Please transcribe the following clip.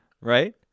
Right